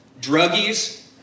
druggies